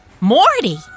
Morty